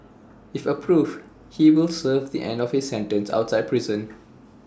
if approved he will serve the end of his sentence outside prison